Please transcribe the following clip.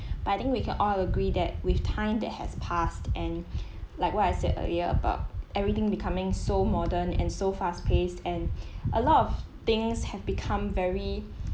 but I think we can all agree that with time that has passed and like what I said earlier about everything becoming so modern and so fast paced and a lot of things have become very